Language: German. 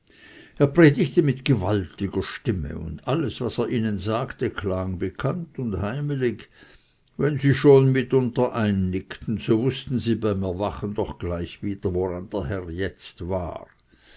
er predigte mit gewaltiger stimme und alles was er ihnen sagte klang bekannt und heimelig wenn sie schon mitunter einnickten so wußten sie beim erwachen gleich wieder woran der herr jetzt war